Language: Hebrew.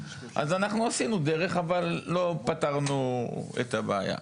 אז אנחנו עשינו דרך אבל לא פתרנו את הבעיה.